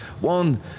One